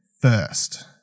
first